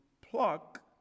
pluck